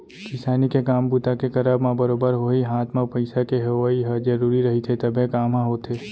किसानी के काम बूता के करब म बरोबर होही हात म पइसा के होवइ ह जरुरी रहिथे तभे काम ह होथे